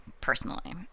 personally